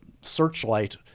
Searchlight